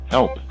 Help